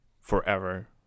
forever